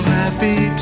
happy